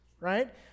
right